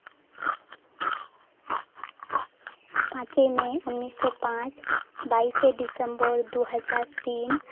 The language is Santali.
ᱯᱟᱸᱪᱮᱭ ᱢᱮ ᱩᱱᱤᱥ ᱥᱚ ᱯᱟᱸᱪ ᱵᱟᱭᱤᱥᱮ ᱰᱤᱥᱮᱢᱵᱚᱨ ᱫᱩ ᱦᱟᱡᱟᱨ ᱛᱤᱱ